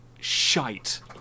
shite